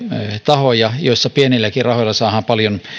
tahoja missä pienilläkin rahoilla saadaan paljon